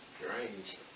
strange